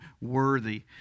worthy